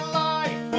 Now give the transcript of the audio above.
life